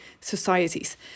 societies